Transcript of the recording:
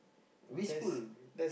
which school